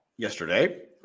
Yesterday